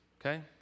okay